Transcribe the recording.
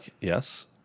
yes